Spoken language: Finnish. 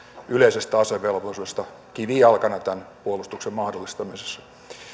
yleisestä asevelvollisuudesta kivijalkana tämän puolustuksen mahdollistamisessa